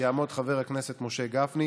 יעמוד חבר הכנסת משה גפני,